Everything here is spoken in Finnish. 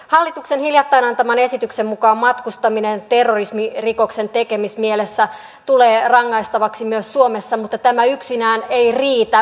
hallituksen hiljattain antaman esityksen mukaan matkustaminen terrorismirikoksen tekeminen mielessä tulee rangaistavaksi myös suomessa mutta tämä yksinään ei riitä